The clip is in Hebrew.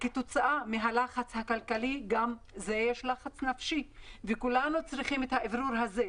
כתוצאה מהלחץ הכלכלי יש גם לחץ נפשי וכולנו צריכים את האוורור הזה.